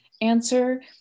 answer